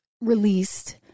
released